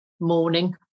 morning